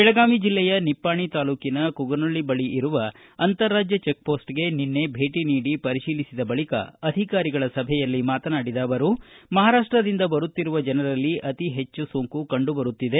ಬೆಳಗಾವಿ ಜಿಲ್ಲೆಯ ನಿಪ್ಟಾಣಿ ತಾಲ್ಲೂಕಿನ ಕುಗನೊಳ್ಳಿ ಬಳಿ ಇರುವ ಅಂತರ್ ರಾಜ್ಯ ಚೆಕ್ ಪೋಸ್ಟ್ಗೆ ನಿನ್ನೆ ಭೇಟಿ ನೀಡಿ ಪರಿಶೀಲಿಸಿದ ಬಳಿಕ ಅಧಿಕಾರಿಗಳ ಸಭೆಯಲ್ಲಿ ಮಾತನಾಡಿದ ಅವರು ಮಹಾರಾಷ್ಟದಿಂದ ಬರುತ್ತಿರುವ ಜನರಲ್ಲಿ ಅತಿ ಹೆಚ್ಚು ಸೋಂಕು ಕಂಡು ಬರುತ್ತಿದೆ